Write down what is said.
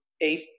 eight